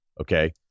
Okay